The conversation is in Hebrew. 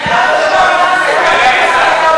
לא נכון.